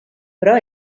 però